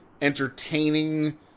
entertaining